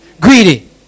Greedy